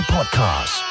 Podcast